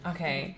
Okay